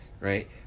right